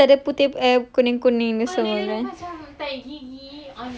tapi dia macam dia putih eh kuning-kuning semua kan